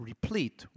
Replete